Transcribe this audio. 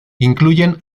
incluyen